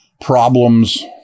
problems